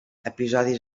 episodis